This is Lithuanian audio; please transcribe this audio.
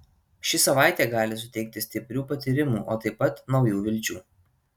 ši savaitė gali suteikti stiprių patyrimų o taip pat naujų vilčių